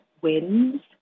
Wins